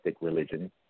religion